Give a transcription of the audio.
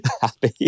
happy